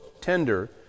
tender